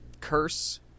Curse